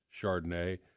Chardonnay